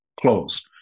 closed